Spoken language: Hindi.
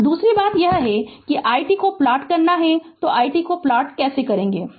अब दूसरी बात यह है कि i t को प्लाट करना कि तो i t को प्लाट कैसे करेगे